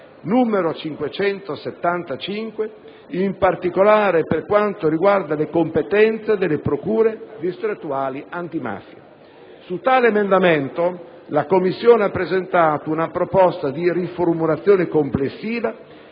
n. 575, per quanto riguarda le competenze delle procure distrettuali antimafia. Su tale emendamento la Commissione ha presentato una proposta di riformulazione complessiva